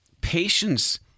patience